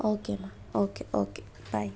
okay ಮಾ okay okay ಬಾಯ್